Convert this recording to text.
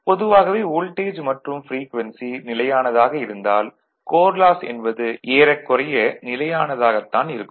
பொதுவாகவே வோல்டேஜ் மற்றும் ப்ரீக்வென்சி நிலையானதாக இருந்தால் கோர் லாஸ் என்பது ஏறக்குறைய நிலையானதாகத் தான் இருக்கும்